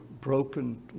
broken